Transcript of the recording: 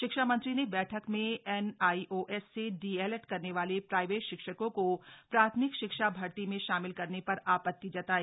शिक्षा मंत्री ने बैठक में एनआईओएस से डीएलएड करने वाले प्राइवेट शिक्षकों को प्राथमिक शिक्षक भर्ती में शामिल करने पर आपत्ति जताई